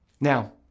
Now